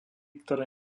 ktoré